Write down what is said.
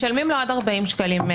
משלמים לו עד 40 לשעה,